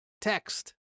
text